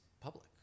public